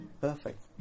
perfect